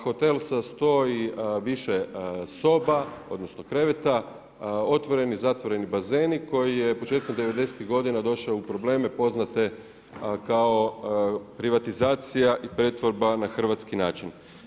Hotel sa 100 i više soba, odnosno, kreveta, otvoreni, zatvoreni bazeni, koji je početkom '90. g. došao u probleme poznate kao privatizacija i pretvorba na hrvatski način.